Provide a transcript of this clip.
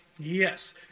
Yes